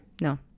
no